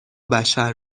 بشر